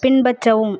பின்பற்றவும்